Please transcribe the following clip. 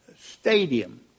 stadium